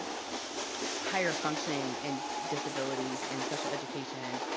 higher-functioning in disability in special education,